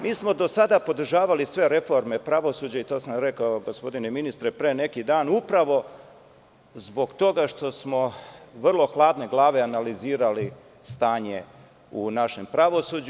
Mi smo do sada podržavali sve reforme pravosuđa i to sam rekao, gospodine ministre, pre neki dan, upravo zbog toga što smo vrlo hladne glave analizirali stanje u našem pravosuđu.